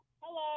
Hello